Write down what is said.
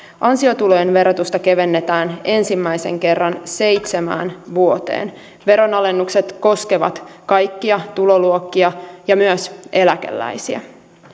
ansiotulojen verotusta kevennetään ensimmäisen kerran seitsemään vuoteen veronalennukset koskevat kaikkia tuloluokkia ja myös eläkeläisiä